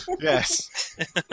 Yes